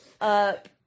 up